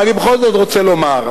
אבל אני בכל זאת רוצה לומר: